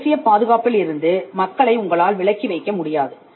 தேசிய பாதுகாப்பில் இருந்து மக்களை உங்களால் விலக்கி வைக்க முடியாது